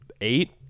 eight